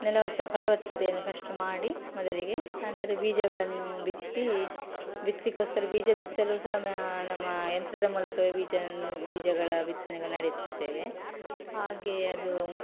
ನೆಲವತ್ತ ಫಲವತ್ತತೆಯನ್ನು ಫಸ್ಟ್ ಮಾಡಿ ಮೊದಲಿಗೆ ನಂತರ ಬೀಜಗಳನ್ನು ಭಿತ್ತಿ ಬಿತ್ತಲಿಕ್ಕೋಸ್ಕರ ಬೀಜ ಬಿತ್ತಲು ಸಹ ನಮ್ಮ ಯಂತ್ರದ ಮೂಲಕ ಬೀಜನ್ನು ಬೀಜಗಳ ಬಿತ್ತನೆಗಳು ನಡೆಸ್ತೇವೆ ಹಾಗೆ ಅದು